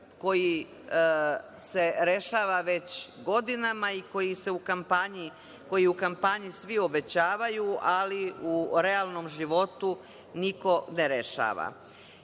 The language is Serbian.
koji se rešava već godinama i koji u kampanji svi obećavaju, ali u realnom životu niko ne rešava. Ovih